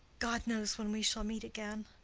god knows when we shall meet again.